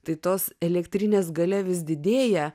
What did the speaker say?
tai tos elektrinės galia vis didėja